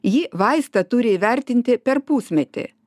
ji vaistą turi įvertinti per pusmetį